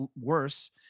worse